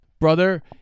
brother